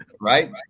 right